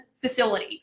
facility